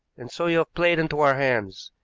and so you have played into our hands.